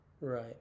Right